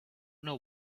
know